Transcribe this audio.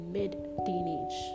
mid-teenage